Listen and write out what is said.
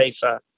safer